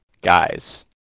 Guys